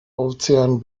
ozean